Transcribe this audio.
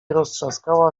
rozstrzaskała